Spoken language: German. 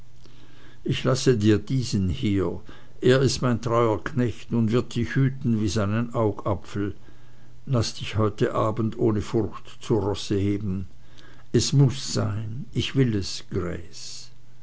ich lasse dir diesen hier er ist mein treuer knecht und wird dich hüten wie seinen augapfel laß dich heut abend ohne furcht zu rosse heben es muß sein ich will es